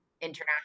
international